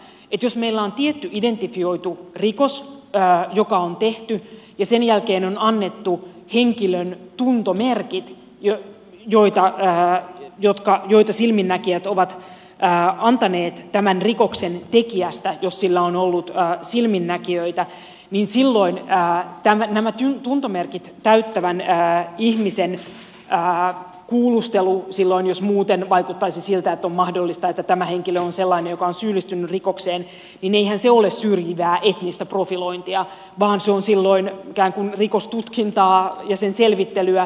niin että jos meillä on tietty identifioitu rikos joka on tehty ja sen jälkeen on annettu henkilön tuntomerkit joita silminnäkijät ovat antaneet tämän rikoksen tekijästä jos sillä on ollut silminnäkijöitä niin eihän silloin nämä tuntomerkit täyttävän ihmisen kuulustelu jos muuten vaikuttaisi siltä että on mahdollista että tämä henkilö on sellainen joka on syyllistynyt rikokseen ole syrjivää etnistä profilointia vaan se on silloin ikään kuin rikostutkintaa ja sen selvittelyä tuntomerkkien perusteella